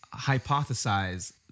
hypothesize